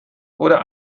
oder